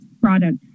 products